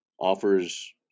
offers